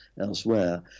elsewhere